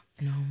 no